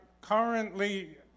currently